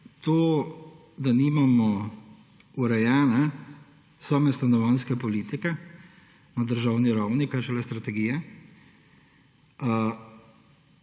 to, da nimamo urejene same stanovanjske politike na državni ravni, kaj šele strategije,